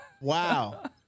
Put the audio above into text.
Wow